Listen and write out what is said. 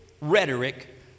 rhetoric